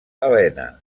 elena